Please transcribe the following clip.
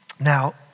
Now